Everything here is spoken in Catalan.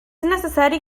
necessari